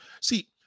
See